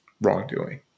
wrongdoing